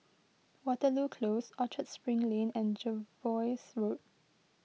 Waterloo Close Orchard Spring Lane and Jervois Road